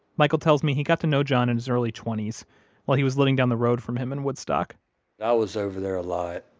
michael tells me he got to know john in his early twenty s while he was living down the road from him in woodstock i was over there a lot,